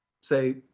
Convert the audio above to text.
say